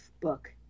book